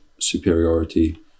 superiority